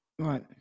Right